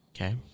Okay